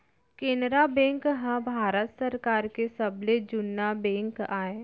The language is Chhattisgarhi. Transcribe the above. केनरा बेंक ह भारत सरकार के सबले जुन्ना बेंक आय